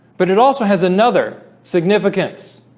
but it also has another significance